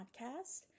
podcast